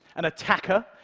an attacker,